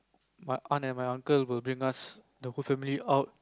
my aunt and uncle will bring us the whole family out